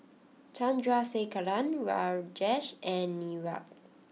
Chandrasekaran Rajesh and Niraj